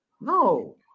no